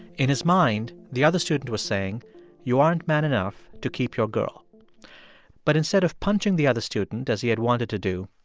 in his mind, the other student was saying you aren't man enough to keep your girl but instead of punching the other student as he had wanted to do,